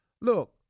Look